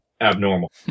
abnormal